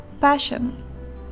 passion